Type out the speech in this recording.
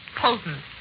potent